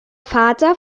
vater